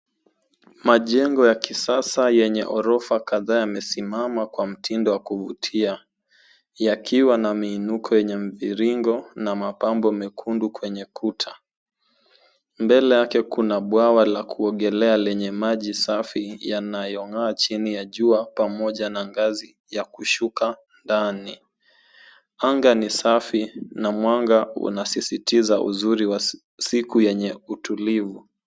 Majengo ya kisasa yenye ghorofa kadhaa yamesimama kwa mtindo wa kuvutia ,yakiwa na miinuko yenye miviringo na mapambo mekundu kwenye kuta. Mbele yake kuna bwawa la kuogelea lenye maji safi yanayong'aa chini ya jua pamoja na ngazi ya kushuka ndani. Anga ni safi na mwanga unasisitiza uzuri wa siku yenye utulivu.